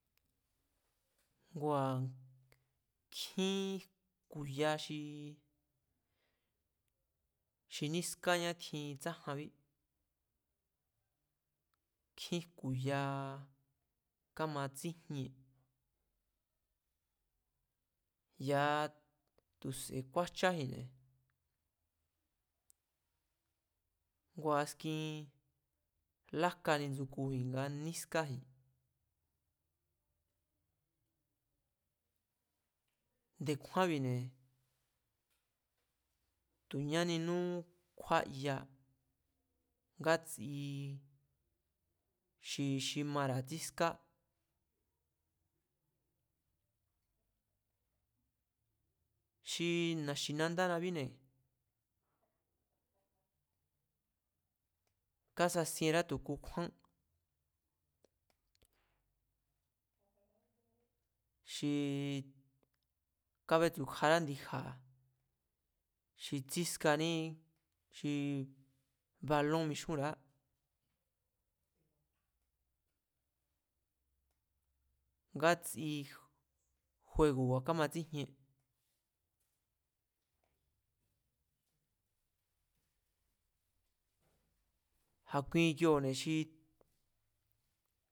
Ngua nkjín jku̱ya xi nískañá tjin tsájanbí, nkjín jku̱ya kámatsíjien, ya̱a tu̱se̱ kúájcháji̱nne̱ ngua̱ askin lajkani ndsu̱kuji̱n nga nískaji̱n, nde̱kjúanbi̱ne̱, tu̱ ñáninú kjúáya ngátsi xi xi mara̱ tsíská. Xi na̱xi̱nandánabíne̱, kásasienrá tu̱ kukjúán xii kabétsu̱kjará ndi̱ja̱ xi tsískaní xi balón mixúnra̱á ngátsi juego̱ba̱ kámatsíjien a̱kui iki̱o̱ne̱ xi